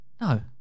No